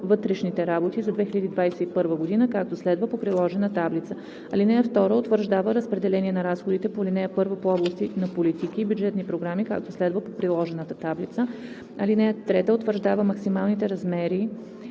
вътрешните работи за 2021 г., както следва по приложената таблица. (2) Утвърждава разпределение на разходите по ал. 1 по области на политики и бюджетни програми, както следва по приложената таблица. (3) Утвърждава максималните размери